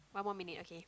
one more minute okay